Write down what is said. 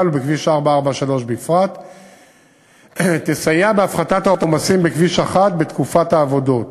ובכביש 443 בפרט יסייע בהפחתת העומסים בכביש 1 בתקופת העבודות.